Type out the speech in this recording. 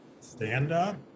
stand-up